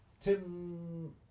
Tim